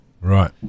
Right